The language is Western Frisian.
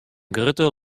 grutte